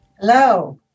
Hello